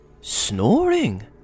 snoring